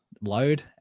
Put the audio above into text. load